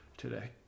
today